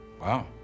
Wow